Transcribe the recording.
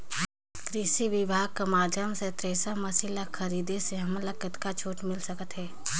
कृषि विभाग कर माध्यम से थरेसर मशीन ला खरीदे से हमन ला कतका छूट मिल सकत हे?